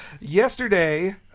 yesterday